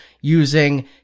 using